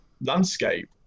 landscape